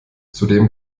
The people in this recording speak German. zudem